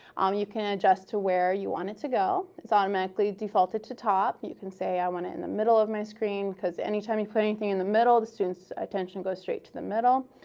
um you can adjust to where you want it to go. it's automatically defaulted to top. you can say i want it in the middle of my screen, because anytime you put anything in the middle, the students' attention goes straight to the middle.